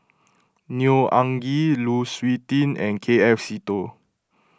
Neo Anngee Lu Suitin and K F Seetoh